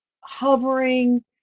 hovering